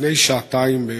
לפני שעתיים בערך,